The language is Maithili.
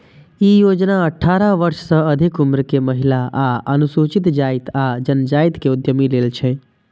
ई योजना अठारह वर्ष सं अधिक उम्र के महिला आ अनुसूचित जाति आ जनजाति के उद्यमी लेल छै